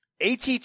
ATT